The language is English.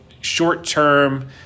short-term